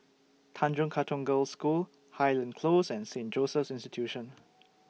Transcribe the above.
Tanjong Katong Girls' School Highland Close and Saint Joseph's Institution